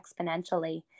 exponentially